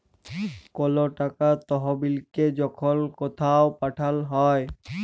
call টাকার তহবিলকে যখল কথাও পাঠাল হ্যয়